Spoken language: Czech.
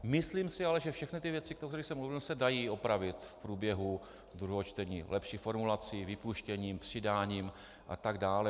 Myslím si ale, že všechny věci, o kterých jsem mluvil, se dají opravit v průběhu druhého čtení lepší formulací, vypuštěním, přidáním a tak dále.